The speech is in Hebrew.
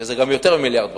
וזה גם יותר מ-1.5 מיליארד,